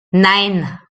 nein